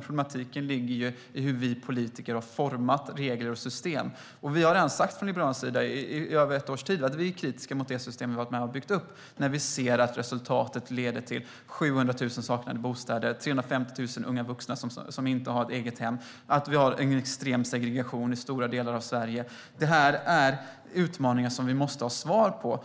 Problematiken ligger i hur vi politiker har format regler och system. Från Liberalernas sidas har vi i över ett års tid sagt att vi är kritiska mot det system vi har varit med att bygga upp, när vi ser att resultatet leder till 700 000 saknade bostäder, 350 000 unga vuxna som inte har ett eget hem och extrem segregation i stora delar av Sverige. Det är utmaningar som vi måste ha svar på.